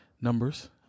numbers